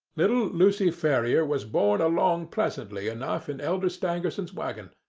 little lucy ferrier was borne along pleasantly enough in elder stangerson's waggon,